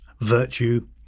virtue